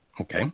Okay